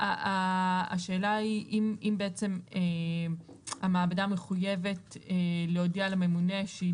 השאלה היא אם המעבדה מחויבת להודיע לממונה שהיא